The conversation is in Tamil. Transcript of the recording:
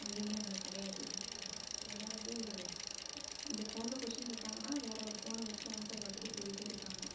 அதுவுமே அங்க கிடையாது ரெண்டாவது இந்த ஃபோனில் கொஸின் கேட்டாங்கன்னா வேறு ஒரு ஃபோனை வச்சு ஆன்சரை பார்த்துட்டு போய்க்கிட்டே இருக்காங்க